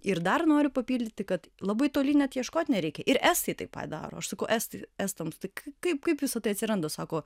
ir dar noriu papildyti kad labai toli net ieškot nereikia ir estai tai padaro aš sakau estai estams tai kaip kaip visa tai atsiranda sako